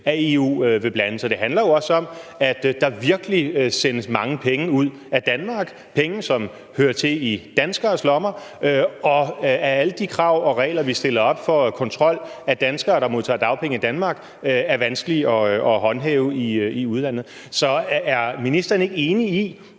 at EU vil blande sig. Det handler jo også om, at der virkelig sendes mange penge ud af Danmark – penge, som hører til i danskeres lommer – og om, at alle de regler, vi laver, og de krav, vi stiller i forhold til kontrol af danskere, der modtager dagpenge i Danmark, er vanskelige at håndhæve i udlandet. Så er ministeren ikke enig i,